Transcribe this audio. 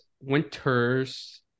Winter's